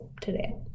today